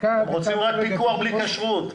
הם רוצים רק פיקוח בלי כשרות.